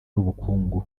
n’ubukungu